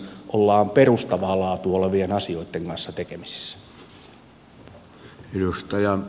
ollaan perustavaa laatua olevien asioitten kanssa tekemisissä